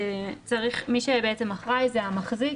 7 שמי שאחראי זה המחזיק,